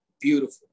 beautiful